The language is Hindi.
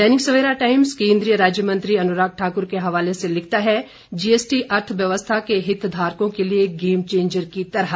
दैनिक सवेरा टाइम्स केन्द्रीय राज्यमंत्री अनुराग ठाकुर के हवाले से लिखता है जीएसटी अर्थव्यवस्था के हितधारकों के लिए गेम चेंजर की तरह